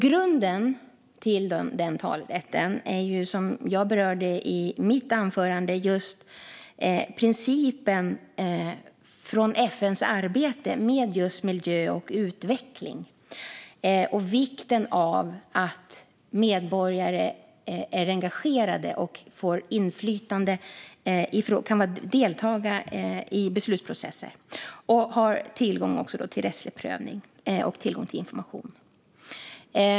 Grunden till denna talerätt är, som jag berörde i mitt anförande, principen från FN:s arbete med just miljö och utveckling och vikten av att medborgare är engagerade, får inflytande och kan delta i beslutsprocesser. De ska också ha tillgång till rättslig prövning och information.